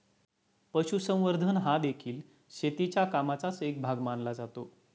पशुसंवर्धन हादेखील शेतीच्या कामाचाच एक भाग मानला जातो